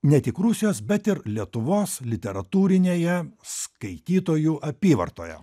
ne tik rusijos bet ir lietuvos literatūrinėje skaitytojų apyvartoje